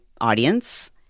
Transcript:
audience